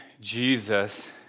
Jesus